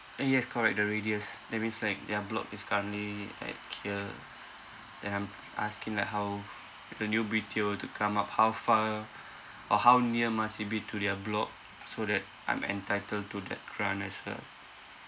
ah yes correct the radius that means like their block is currently at here then I'm asking like how if a new B_T_O to come up how far or how near must it be to their block so that I'm entitle to that grant as well